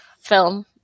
film